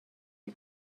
you